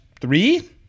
three